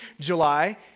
July